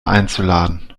einzuladen